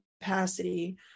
capacity